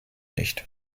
nicht